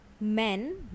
men